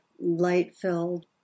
light-filled